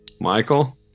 Michael